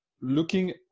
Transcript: looking